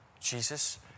Jesus